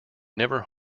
never